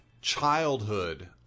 childhood